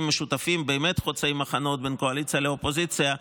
משותפים באמת חוצי מחנות בין קואליציה לאופוזיציה,